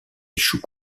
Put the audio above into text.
échoue